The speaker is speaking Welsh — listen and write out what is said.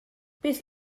beth